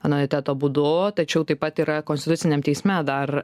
anuiteto būdu tačiau taip pat yra konstituciniam teisme dar